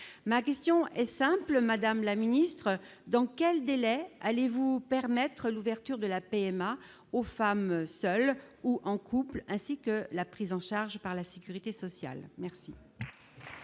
ma question est simple Madame la ministre, dans quel délai allez-vous permettre l'ouverture de la PMA aux femmes seules ou en couples, ainsi que la prise en charge par la Sécurité sociale, merci.